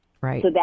Right